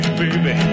baby